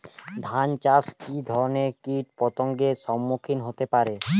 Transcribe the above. ধান চাষে কী ধরনের কীট পতঙ্গের সম্মুখীন হতে হয়?